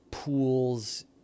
Pools